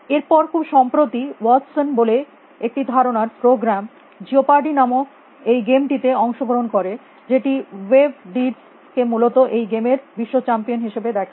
এর পর খুব সম্প্রতি ওয়াটসন বলে একটি ধারণার প্রোগ্রাম জিওপারডি নামক এই গেম টিতে অংশগ্রহণ করে যেটি ওয়েভ ডিডস কে মূলত এই গেম এর বিশ্ব চ্যাম্পিয়ন হিসাবে দেখে